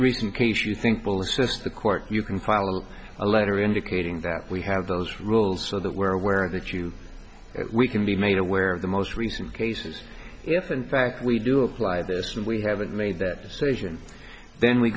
reason you think will assist the court you can call it a letter indicating that we have those rules so that we're aware that you can be made aware of the most recent cases if in fact we do apply this and we haven't made that decision then we